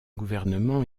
gouvernements